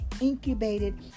incubated